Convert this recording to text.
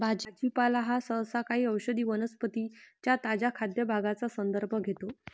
भाजीपाला हा सहसा काही औषधी वनस्पतीं च्या ताज्या खाद्य भागांचा संदर्भ घेतो